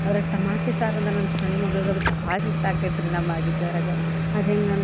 ಅದ್ರಾಗ ಟಮಾಟಿ ಸಾರು ಅಂದ್ರ ನನ್ನ ಸಣ್ಣ ಮಗ್ಳಿಗ ಅದು ಭಾಳ ಇಷ್ಟ ಆಕ್ತೈತ್ರಿ ನಾ ಮಾಡಿದ್ದರಗ ಅದು ಹೇಗಂದ್ರ